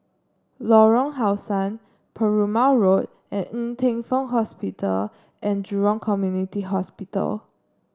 Lorong How Sun Perumal Road and Ng Teng Fong Hospital and Jurong Community Hospital